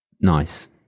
nice